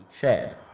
shared